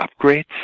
upgrades